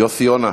יוסי יונה?